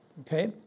Okay